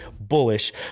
bullish